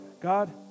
God